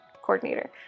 coordinator